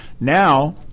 Now